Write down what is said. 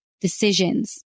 decisions